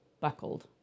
buckled